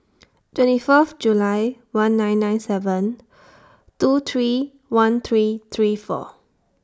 twenty Fourth July one nine nine seven two three one three three four